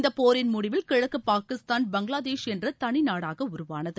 இந்த போரின் முடிவில் கிழக்கு பாகிஸ்தான் பங்களாதேஷ் என்ற தனி நாடாக உருவானது